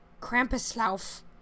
krampuslauf